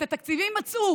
את התקציבים מצאו,